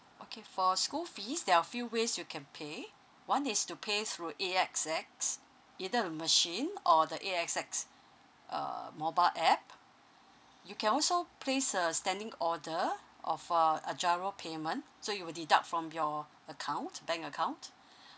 okay for school fees there are a few ways you can pay one is to pay through A_X_S either the machine or the A_X_S uh mobile app you can also place a standing order of uh a GIRO payment so it will deduct from your account bank account